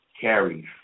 carries